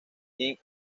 ibn